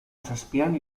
zazpian